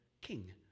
king